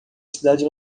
cidade